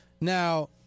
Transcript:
Now